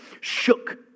shook